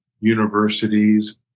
universities